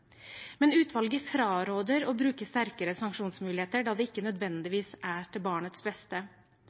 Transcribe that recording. Men utvalget fraråder å bruke sterkere sanksjonsmuligheter, da det ikke nødvendigvis er til barnets beste.